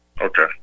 Okay